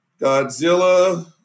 Godzilla